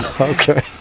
Okay